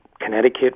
Connecticut